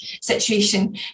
situation